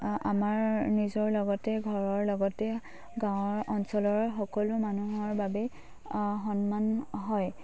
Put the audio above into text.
আমাৰ নিজৰ লগতে ঘৰৰ লগতে গাঁৱৰ অঞ্চলৰ সকলো মানুহৰ বাবে সন্মান হয়